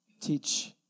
Teach